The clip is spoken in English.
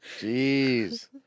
Jeez